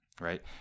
Right